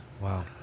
Wow